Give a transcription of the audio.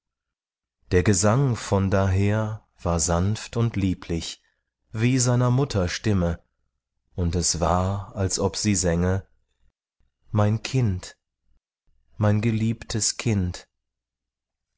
der gesang von daher war sanft und lieblich wie seiner mutter stimme und es war als ob sie sänge mein kind mein geliebtes kind